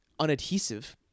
unadhesive